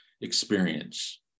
experience